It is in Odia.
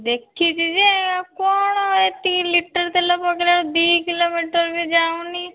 ଦେଖିଛି ଯେ କ'ଣ ଏତିକି ଲିଟରେ ତେଲ ପକାଇଲା ବେଳକୁ ଦୁଇ କିଲୋମିଟର୍ ବି ଯାଉନି